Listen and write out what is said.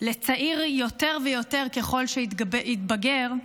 לצעיר יותר ויותר ככל שהתבגר,